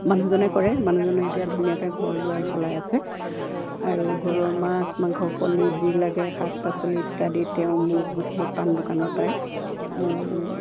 মানুহজনে কৰে মানুহজনে এতিয়া ধুনীয়াকে ঘৰ দুৱাৰ চলাই আছে আৰু ঘৰৰ মাছ মাংস কণী যি লাগে শাক পাচলি ইত্যাদি তেওঁ মোক সেই পাণ দোকানৰ পায়